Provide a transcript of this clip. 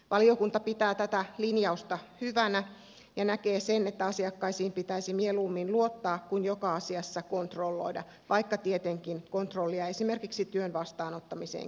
valiokunta pitää tätä linjausta hyvänä ja näkee sen että asiakkaisiin pitäisi mieluummin luottaa kuin joka asiassa heitä kontrolloida vaikka tietenkin kontrollia esimerkiksi työn vastaanottamiseen tarvitaan